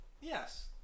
Yes